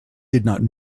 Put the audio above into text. did